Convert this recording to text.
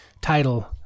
title